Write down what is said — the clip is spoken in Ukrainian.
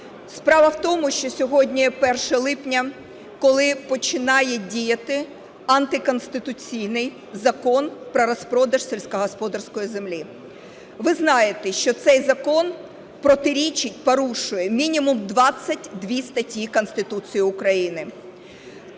Справа в тому, що сьогодні 1 липня, коли починає діяти антиконституційний закон про розпродаж сільськогосподарської землі. Ви знаєте, що цей закон протирічить, порушує мінімум 22 статті Конституції.